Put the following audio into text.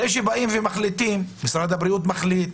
זה שמשרד הבריאות מחליט,